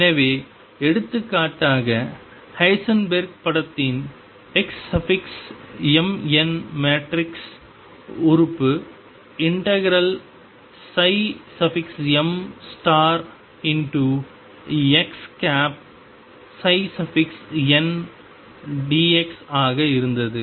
எனவே எடுத்துக்காட்டாக ஹைசன்பெர்க் படத்தின் xmn மேட்ரிக்ஸ் உறுப்பு ∫mxndx ஆக இருந்தது